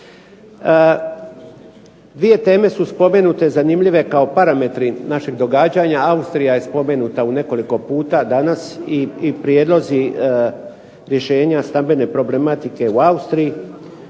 Dvije teme su spomenute zanimljive kao parametri našeg događanja. Austrija je spomenuta u nekoliko puta danas i prijedlozi rješenja stambene problematike u Austriji.